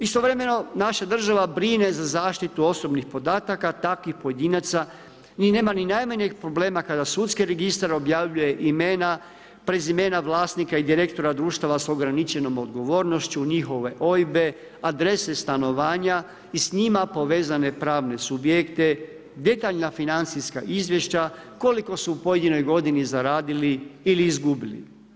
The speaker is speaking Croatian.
Istovremeno, naša država brine za zaštitu osobnih podataka, takvih pojedinaca, ni nema ni najmanjeg problema kada sudski registar objavljuje imena, prezimena vlasnika i direktora društava sa ograničenom odgovornošću, njihove OIB-e, adrese stanovanja i s njima povezane pravne subjekte, detaljna financijska izvješća, koliko su u pojedinoj godini zaradili ili izgubili.